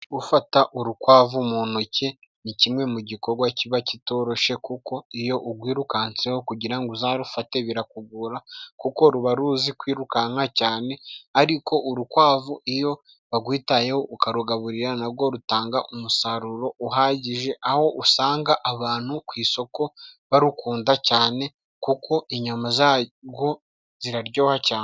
Gufata urukwavu mu ntoki ni kimwe mu gikorwa kiba kitoroshye kuko iyo ukwirukanseho kugira uzarufate birakugora kuko ruba ruzi kwirukanka cyane, ariko urukwavu iyo warwitayeho ukarugaburira narwo rutanga umusaruro uhagije aho usanga abantu ku isoko barukunda cyane kuko inyama zarwo ziraryoha cyane.